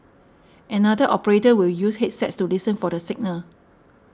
another operator will use headsets to listen for the signal